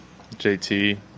JT